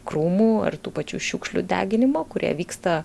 krūmų ar tų pačių šiukšlių deginimo kurie vyksta